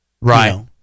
Right